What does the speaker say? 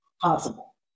possible